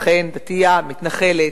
אכן, דתייה, מתנחלת.